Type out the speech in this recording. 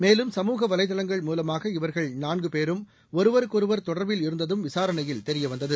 மேலும் சமூக வலைதளங்கள் மூலமாக இவர்கள் நான்கு பேரும் ஒருவருக்கொருவர் தொடர்பில் இருந்ததும் விசாரணையில் தெரியவந்தது